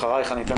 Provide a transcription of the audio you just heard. אחרייך אני אתן